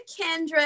Kendra